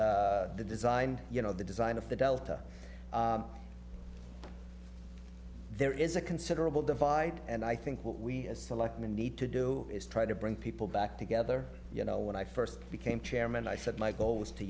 about the design you know the design of the delta there is a considerable divide and i think what we as selectman need to do is try to bring people back together you know when i first became chairman i said my goal was to